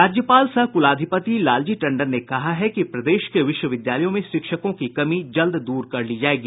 राज्यपाल सह कुलाधिपति लालजी टंडन ने कहा है कि प्रदेश के विश्वविद्यालयों में शिक्षकों की कमी जल्द दूर कर ली जायेगी